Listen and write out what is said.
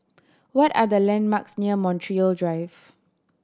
what are the landmarks near Montreal Drive